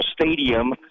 Stadium